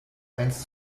eins